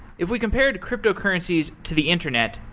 if we compared cryptocurrencies to the internet,